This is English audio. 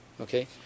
Okay